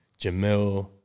Jamil